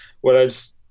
whereas